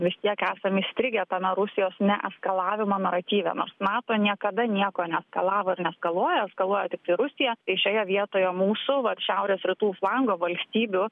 vis tiek esam įstrigę tame rusijos neeskalavimo naratyve nors nato niekada nieko neeskalavo ir neeskaluoja eskaluoja tiktai rusija tai šioje vietoje mūsų vat šiaurės rytų flango valstybių